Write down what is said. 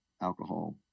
alcohol